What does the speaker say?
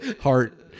heart